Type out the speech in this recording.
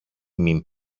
μην